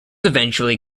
eventually